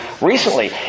recently